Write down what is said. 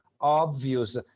obvious